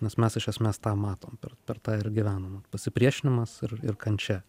nes mes iš esmės tą matom per per tą ir gyvenom pasipriešinimas ir ir kančia